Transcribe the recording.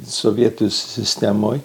sovietų sistemoj